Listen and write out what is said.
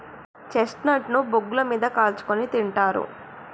chestnut ను బొగ్గుల మీద కాల్చుకుని తింటారు